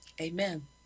Amen